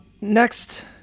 Next